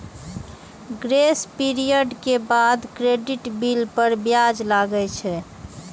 grace period के बाद credit bill पर ब्याज लागै छै